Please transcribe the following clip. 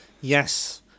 Yes